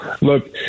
look